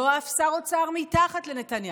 לא אף שר אוצר מתחת לנתניהו,